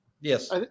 Yes